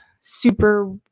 super